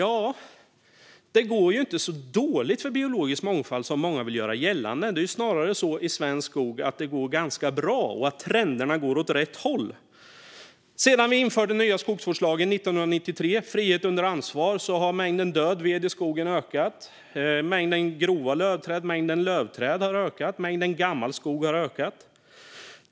Ja, det går ju inte så dåligt för biologisk mångfald som många vill göra gällande. Det är snarare så att det går ganska bra i svensk skog och att trenderna går åt rätt håll. Sedan vi införde den nya skogsvårdslagen 1993 med frihet under ansvar har mängden död ved i skogen ökat. Mängden lövträd och grova lövträd har ökat. Mängden gammal skog har ökat.